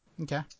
Okay